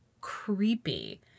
creepy